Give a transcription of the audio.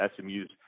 SMU's